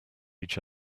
each